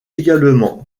également